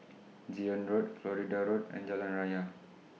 Zion Road Florida Road and Jalan Raya